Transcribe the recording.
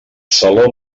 saló